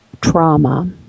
trauma